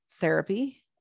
therapy